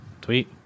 Tweet